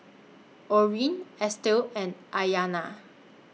Orrin Estell and Aiyana